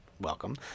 Welcome